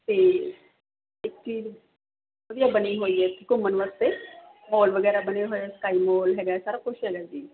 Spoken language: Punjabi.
ਅਤੇ ਇੱਕ ਚੀਜ਼ ਵਧੀਆ ਬਣੀ ਹੋਈ ਹੈ ਘੁੰਮਣ ਵਾਸਤੇ ਮੋਲ ਵਗੈਰਾ ਬਣੇ ਹੋਏ ਸਕਾਈ ਮੋਲ ਹੈਗਾ ਸਾਰਾ ਕੁਛ ਹੈਗਾ ਜੀ